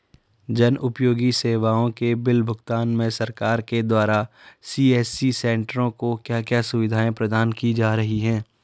जन उपयोगी सेवाओं के बिल भुगतान में सरकार के द्वारा सी.एस.सी सेंट्रो को क्या क्या सुविधाएं प्रदान की जा रही हैं?